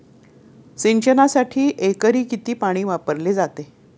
सिंचनासाठी एकरी किती पाणी वापरले जाते?